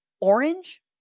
Orange